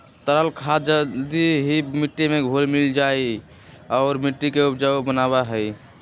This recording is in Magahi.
तरल खाद जल्दी ही मिट्टी में घुल मिल जाहई और मिट्टी के उपजाऊ बनावा हई